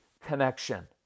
connection